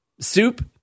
soup